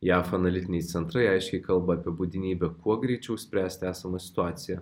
jav analitiniai centrai aiškiai kalba apie būtinybę kuo greičiau spręsti esamą situaciją